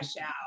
out